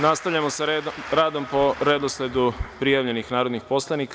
Nastavljamo sa radom po redosledu prijavljenih narodnih poslanika.